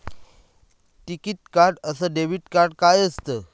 टिकीत कार्ड अस debit card काय असत?